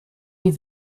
die